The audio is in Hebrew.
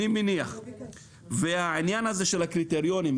והעניין הזה של הקריטריונים,